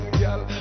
girl